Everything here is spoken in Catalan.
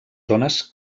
zones